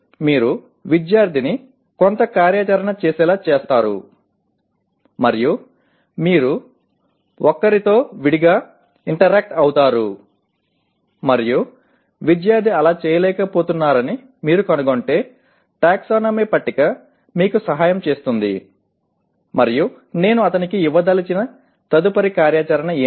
మీరు విద్యార్థిని కొంత కార్యాచరణ చేసేలా చేస్తారు మరియు మీరు ప్రఒక్కరితో విడివిడిగా ఇంటరాక్ట్ అవుతారు మరియు విద్యార్థి అలా చేయలేకపోతున్నారని మీరు కనుగొంటే టాక్సానమీ పట్టిక మీకు సహాయం చేస్తుంది మరియు నేను అతనికి ఇవ్వదలచిన తదుపరి కార్యాచరణ ఏమిటి